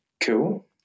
Cool